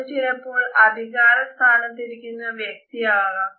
അത് ചിലപ്പോൾ അധികാരസ്ഥാനത്തിരിക്കുന്ന വ്യക്തിയാകാം